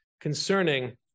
concerning